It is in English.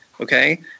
okay